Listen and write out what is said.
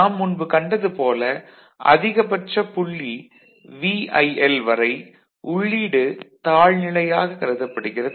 நாம் முன்பு கண்டது போல அதிகபட்ச புள்ளி VIL வரை உள்ளீடு தாழ் நிலையாக கருதப்படுகிறது